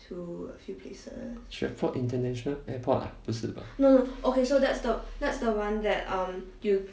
to airport international airport ah 不是吧